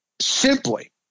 simply